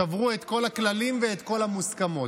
שברו את כל הכללים ואת כל המוסכמות,